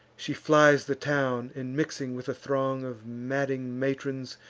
she flies the town, and, mixing with a throng of madding matrons,